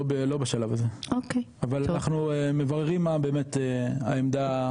אבל אנחנו מבררים מה עמדת,